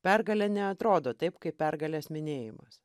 pergalė neatrodo taip kaip pergalės minėjimas